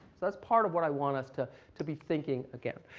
that's part of what i want us to to be thinking again.